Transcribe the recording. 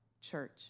church